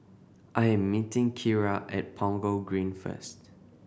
I am meeting Kira at Punggol Green first